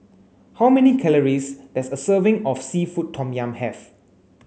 how many calories does a serving of seafood tom yum have